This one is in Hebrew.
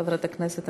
חברת הכנסת.